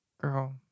Girl